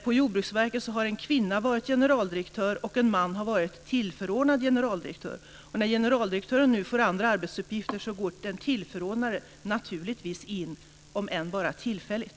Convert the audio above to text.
På Jordbruksverket har en kvinna varit generaldirektör och en man tillförordnad generaldirektör. När generaldirektören nu får andra arbetsuppgifter så går den tillförordnade naturligtvis in, om än bara tillfälligt.